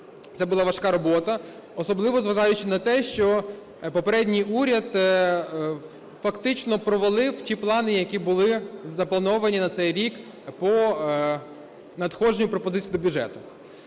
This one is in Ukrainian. це була важка робота. Особливо, зважаючи на те, що попередній уряд, фактично, провалив ті плани, які були заплановані на цей рік по надходженню пропозицій до бюджету.